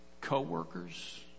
Co-workers